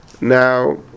Now